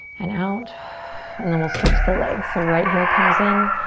and out and then we'll switch the legs. so right heel comes in,